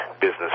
business